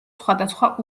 სხვადასხვა